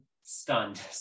stunned